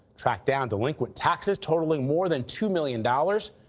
tracked down delinquent taxes totaling more than two million dollars.